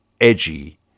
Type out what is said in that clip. edgy